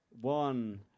one